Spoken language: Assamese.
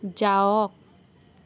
যাওক